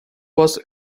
was